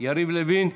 יריב לוין,